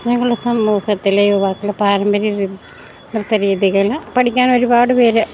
ഞങ്ങളുടെ സമൂഹത്തിലെ യുവാക്കളെ പാരമ്പര്യ നൃത്ത രീതികൾ പഠിക്കാൻ ഒരുപാട് പേര്